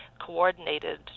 coordinated